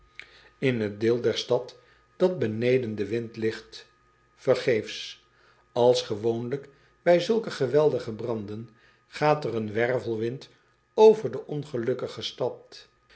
en potlood eel der stad dat beneden den wind ligt ergeefs ls gewoonlijk bij zulke geweldige branden gaat er een wervelwind over de ongelukkige stad